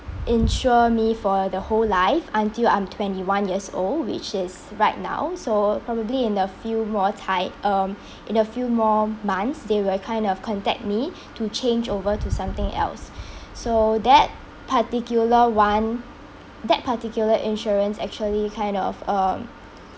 insure me for the whole life until I'm twenty one years old which is right now so probably in a few raw ti~ um in a few more months they were kind of contact me to change over to something else so that particular one that particular insurance actually kind of um